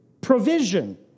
provision